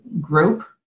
group